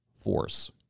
force